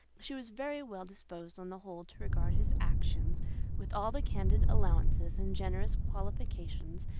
she was very well disposed on the whole to regard his actions with all the candid allowances and generous qualifications,